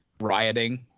rioting